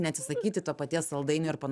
neatsisakyti to paties saldainio ir pana